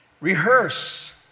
Rehearse